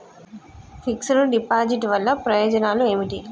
Fix డ్ deposit వల్ల ప్రయోజనాలు ఏమిటి?